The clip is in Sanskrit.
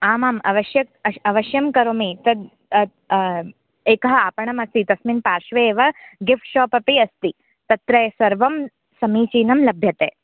आम् आम् अवश्यक अ अवश्यं करोमि तद् एकम् आपणम् अस्ति तस्मिन् पार्श्वे एव गिफ़्ट् शाप् अपि अस्ति तत्र सर्वं समीचीनं लभ्यते